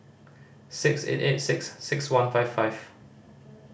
six eight eight six six one five five